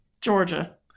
Georgia